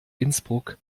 innsbruck